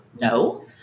no